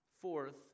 Fourth